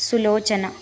Sulochana